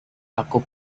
aku